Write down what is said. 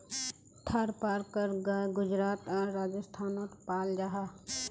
थारपारकर गाय गुजरात आर राजस्थानोत पाल जाहा